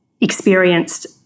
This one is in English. experienced